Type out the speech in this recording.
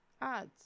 ads